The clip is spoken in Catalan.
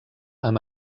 amb